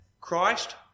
Christ